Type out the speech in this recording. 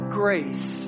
grace